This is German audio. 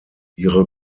ihre